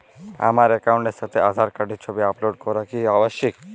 আমার অ্যাকাউন্টের সাথে আধার কার্ডের ছবি আপলোড করা কি আবশ্যিক?